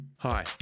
Hi